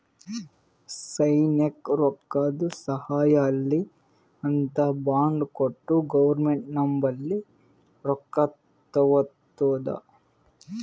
ಸೈನ್ಯಕ್ ರೊಕ್ಕಾದು ಸಹಾಯ ಆಲ್ಲಿ ಅಂತ್ ಬಾಂಡ್ ಕೊಟ್ಟು ಗೌರ್ಮೆಂಟ್ ನಂಬಲ್ಲಿ ರೊಕ್ಕಾ ತಗೊತ್ತುದ